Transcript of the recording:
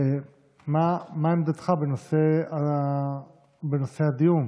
מה עמדתך בנושא הדיון,